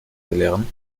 belehren